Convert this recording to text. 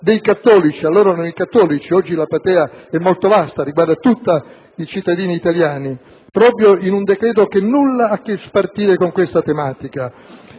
dei cattolici» - allora erano i cattolici, mentre oggi la platea è molto vasta e riguarda tutti i cittadini italiani - «proprio in un decreto che nulla ha a che spartire con questa tematica.